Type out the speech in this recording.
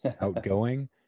outgoing